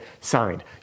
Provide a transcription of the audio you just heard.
signed